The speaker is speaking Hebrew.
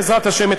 בעזרת השם,